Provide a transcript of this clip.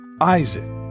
Isaac